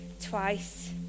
twice